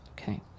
Okay